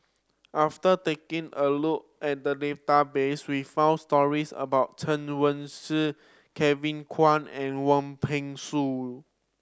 after taking a look at the database we found stories about Chen Wen Hsi Kevin Kwan and Wong Peng Soon